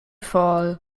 fall